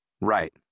Right